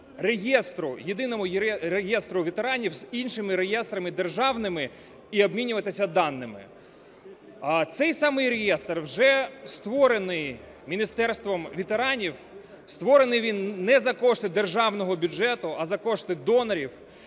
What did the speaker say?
Єдиному реєстру ветеранів з іншими реєстрами державними і обмінюватися даними. Цей самий реєстр вже створений Міністерством ветеранів, створений він не за кошти державного бюджету, а за кошти донорів.